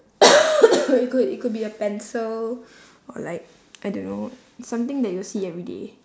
it could it could be a pencil or like I don't know something that you see every day